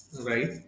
right